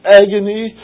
agony